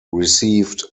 received